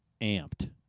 amped